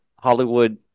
Hollywood